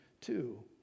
two